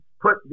put